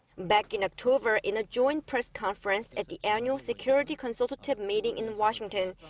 back in october, in a joint press conference at the annual security consultative meeting in washington.